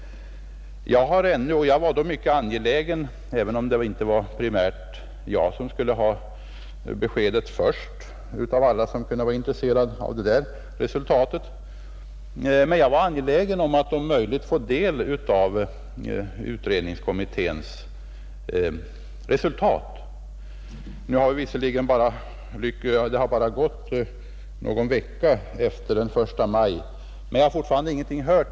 Även om det inte var jag som skulle ha beskedet först av alla som kunde vara intresserade av resultatet, var jag angelägen om att få del av utredningskommitténs resultat. Visserligen har det bara gått någon vecka sedan den 1 maj, men jag har fortfarande ingenting hört.